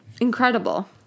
Incredible